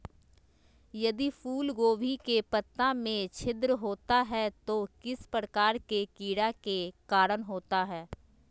यदि फूलगोभी के पत्ता में छिद्र होता है तो किस प्रकार के कीड़ा के कारण होता है?